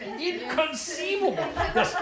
Inconceivable